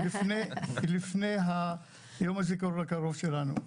לפני יום הזיכרון הקרוב שלנו.